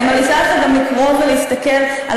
אני גם מציעה לך לקרוא ולהסתכל על